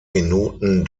minuten